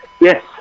Yes